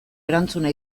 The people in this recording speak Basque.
erantzuna